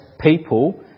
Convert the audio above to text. people